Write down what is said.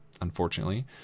Unfortunately